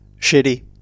Shitty